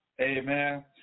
Amen